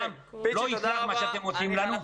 לא --- את מה שאתם עושים לנו --- פיצ'י,